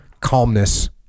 calmness